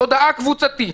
"תודעה קבוצתית",